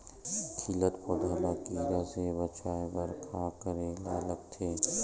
खिलत पौधा ल कीरा से बचाय बर का करेला लगथे?